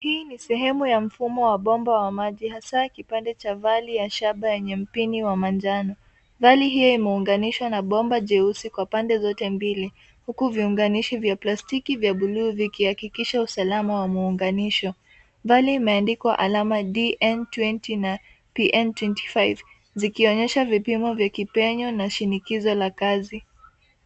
Hii ni sehemu ya mfumo wa bomba wa maji hasa kipande cha vali ya shaba yenye mpini wa manjano. Vali hiyo imeuganishwa na bomba jeusi kwa pande zote mbili, huku viunganishi vya plastiki vya buluu vikihakikisha usalama wa muunganisho. Vali imeandikwa alama DN2O na PN25, zikionyesha vipimo vya kipenyo na shinikizo la kazi.